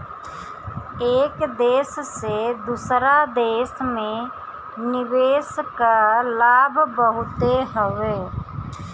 एक देस से दूसरा देस में निवेश कअ लाभ बहुते हवे